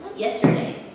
Yesterday